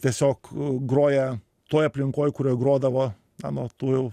tiesiog groja toj aplinkoj kurioj grodavo anot tų jau